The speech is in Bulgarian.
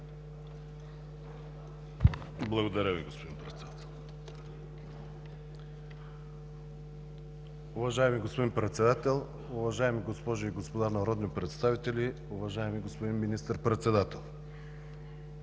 Благодаря Ви, господин Председател.